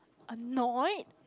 annoyed